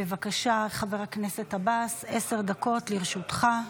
בבקשה, חבר הכנסת עבאס, עשר דקות לרשותך.